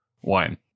one